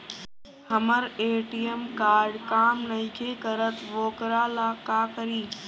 हमर ATM card काम नईखे करत वोकरा ला का करी?